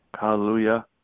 Hallelujah